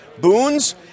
Boons